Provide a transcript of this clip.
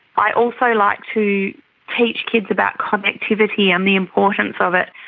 i also like to teach kids about connectivity and the importance of it,